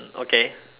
okay